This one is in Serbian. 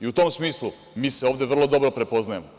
U tom smislu mi se ovde vrlo dobro prepoznajemo.